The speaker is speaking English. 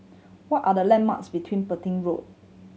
what are the landmarks between Petain Road